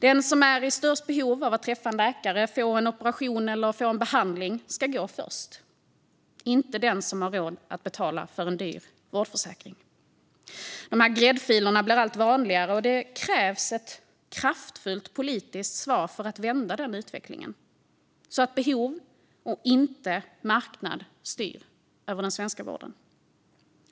Den som är i störst behov av att träffa en läkare, få en operation eller få en behandling ska gå först, inte den som har råd att betala för en dyr vårdförsäkring. Dessa gräddfiler blir allt vanligare, och det krävs ett kraftfullt politiskt svar för att vända den utvecklingen så att behov och inte marknad styr den svenska vården.